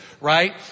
right